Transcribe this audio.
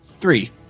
Three